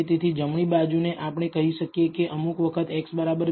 તેથી જમણી બાજુ ને આપણે કહી શકીએ કે અમુક વખત x b